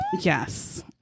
yes